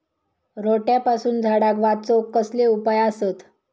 रोट्यापासून झाडाक वाचौक कसले उपाय आसत?